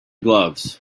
gloves